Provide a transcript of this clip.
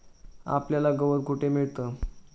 आपल्याला गवत कुठे मिळतं?